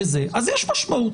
יש משמעות,